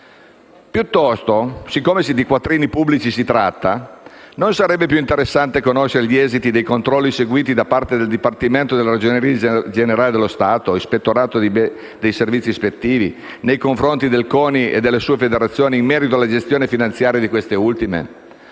Piuttosto, siccome di quattrini pubblici si tratta, non sarebbe più interessante conoscere gli esiti dei controlli eseguiti da parte del Dipartimento della Ragioneria generale dello Stato - Ispettorato dei servizi ispettivi - nei confronti del CONI e delle sue federazioni in merito alla gestione finanziaria di queste ultime?